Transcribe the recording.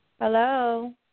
Hello